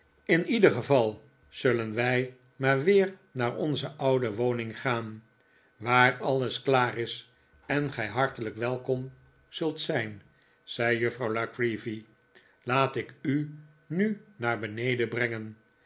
in ieder geval zullen wij maar weer naar onze oude woning gaan waar alles klaar is en gij hartelijk welkom zult zijn zei juffrouw la creevy laat ik u nu naar beneden brengen